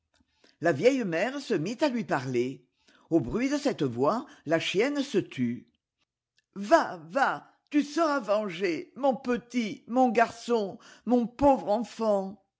la vieille mère se mit à lui parler au bruit de cette voix la chienne se tut va va tu seras vengé mon petit mon garçon mon pauvre enfant